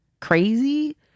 crazy